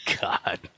God